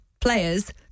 players